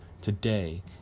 today